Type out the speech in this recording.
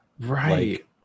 Right